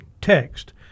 text